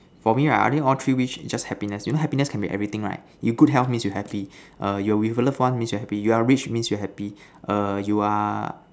for me right I think all three wish just happiness you know happiness can be everything right you good health means you happy err you with your love one means you happy you are rich means you are happy err you are